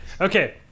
Okay